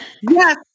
Yes